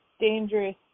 dangerous